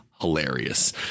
hilarious